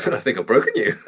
and i think i've broken you.